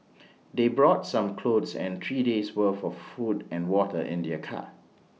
they brought some clothes and three days' worth for food and water in their car